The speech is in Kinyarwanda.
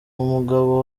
umugabo